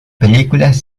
películas